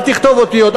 אל תכתוב אותיות,